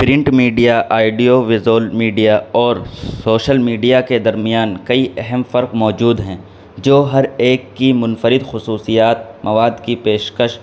print media audio visual media اور social media کے درمیان کئی اہم فرق موجود ہیں جو ہر ایک کی منفرد خصوصیات مواد کی پیشکش